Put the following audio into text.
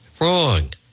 Wrong